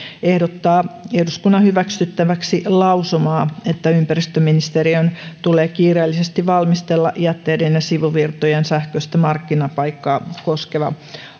ehdottaa eduskunnan hyväksyttäväksi lausumaa että ympäristöministeriön tulee kiireellisesti valmistella jätteiden sivuvirtojen sähköistä markkinapaikkaa koskeva